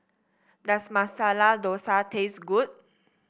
does Masala Dosa taste good